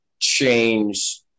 change